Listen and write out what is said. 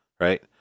right